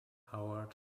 howard